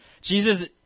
Jesus